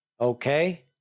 okay